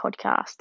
podcast